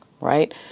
right